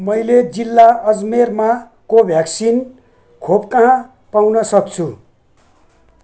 मैले जिल्ला अजमेरमा कोभ्याक्सिन खोप कहाँ पाउन सक्छु